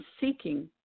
seeking